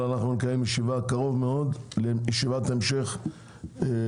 אבל אנחנו נקיים ישיבה קרוב מאוד לישיבת המשך ארוכה,